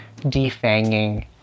defanging